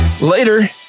Later